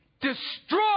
destroy